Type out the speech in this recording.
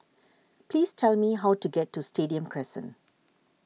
please tell me how to get to Stadium Crescent